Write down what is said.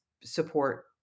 support